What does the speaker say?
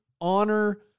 honor